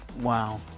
Wow